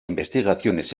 investigaciones